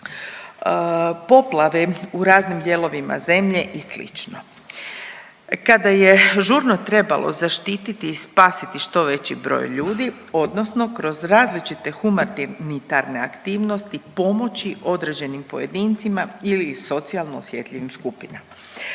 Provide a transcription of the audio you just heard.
poplave u raznim dijelovima zemlje i slično. Kada je žurno trebalo zaštititi i spasiti što veći broj ljudi, odnosno kroz različite humanitarne aktivnosti pomoći određenim pojedincima ili socijalno osjetljivim skupinama.